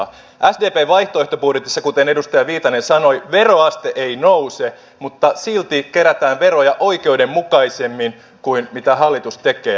sdpn vaihtoehtobudjetissa kuten edustaja viitanen sanoi veroaste ei nouse mutta silti kerätään veroja oikeudenmukaisemmin kuin mitä hallitus tekee